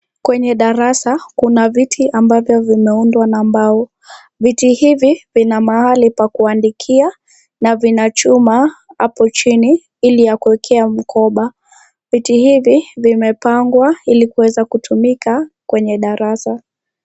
Kwenye darasa kuna viti ambavyo vimeundwa na mbao. Viti hivi vina mahali pa kuandikia na vina chuma hapo chini ili ya kuwekea mikoba. Viti hivi vimepangwa ili kuweza kutumika kwenye darasa.